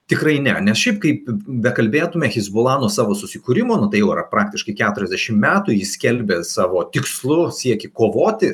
tikrai ne nes šiaip kaip bekalbėtume hezbollah nuo savo susikūrimo nu tai yra praktiškai keturiasdešimt metų ji skelbia savo tikslų siekį kovoti